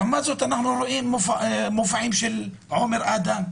לעומת זאת אנחנו רואים מופעים של עומר אדם,